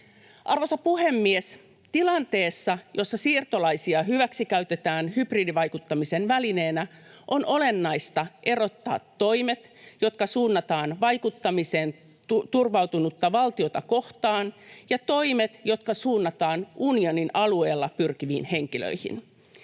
Arvoisa puhemies! Tilanteessa, jossa siirtolaisia hyväksikäytetään hybridivaikuttamisen välineenä, on olennaista erottaa toimet, jotka suunnataan vaikuttamiseen turvautunutta valtiota kohtaan, ja toimet, jotka suunnataan unionin alueelle pyrkiviin henkilöihin.